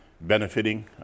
benefiting